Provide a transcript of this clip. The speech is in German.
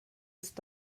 ist